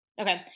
okay